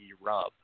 rub